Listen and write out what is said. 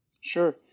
Sure